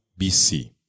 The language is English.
BC